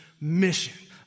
mission